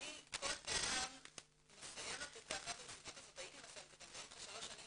אני כל פעם הייתי מסיימת את אחת הישיבות לאורך השלוש שנים